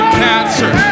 cancer